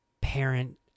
parent